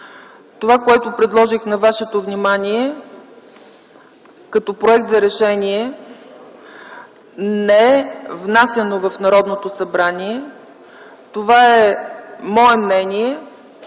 Това, което предложих на вашето внимание като проект за решение не е внасяно в Народното събрание. Това е мое мнение,